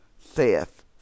saith